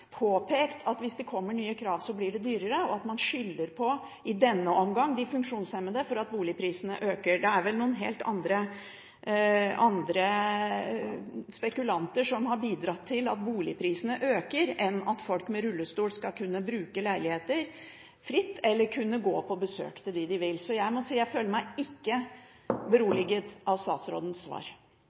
at man skylder på – i denne omgang – de funksjonshemmede for at boligprisene øker. Det er vel noen helt andre spekulanter som har bidratt til at boligprisene øker, enn folk med rullestol, som skal kunne bruke leiligheter fritt eller kunne gå på besøk til dem de vil. Så jeg må si jeg føler meg ikke beroliget av statsrådens svar.